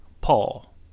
Paul